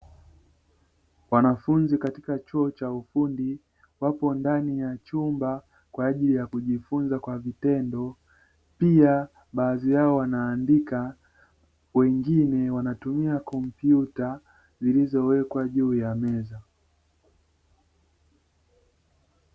Wanafunzi katika chuo cha ufundi wapo ndani ya chumba kwa ajili ya kujifunza kwa vitendo, pia baadhi yao wanaandika wengine wanatumia kompyuta zilizowekwa juu ya meza.